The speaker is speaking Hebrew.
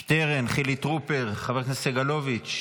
שטרן, חילי טרופר, חבר הכנסת סגלוביץ'